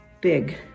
big